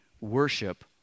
worship